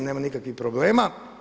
Nema nikakvih problema.